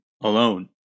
alone